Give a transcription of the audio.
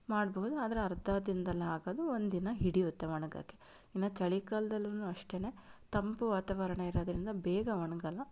ಮಾಡಬಹುದು ಆದರೆ ಅರ್ಧ ದಿನದಲ್ಲಿ ಆಗೋದು ಒಂದು ದಿನ ಹಿಡಿಯುತ್ತೆ ಒಣಗಕ್ಕೆ ಇನ್ನು ಚಳಿಗಾಲದಲ್ಲೂ ಅಷ್ಟೆ ತಂಪು ವಾತಾವರಣ ಇರೋದ್ರಿಂದ ಬೇಗ ಒಣಗಲ್ಲ